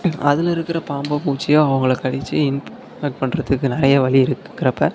அதில் இருக்கிற பாம்போ பூச்சியோ அவங்களை கடிச்சு அட்டாக் பண்ணுறதுக்கு நிறைய வழி இருக்கிறப்ப